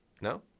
No